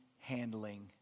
handling